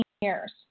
years